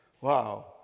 Wow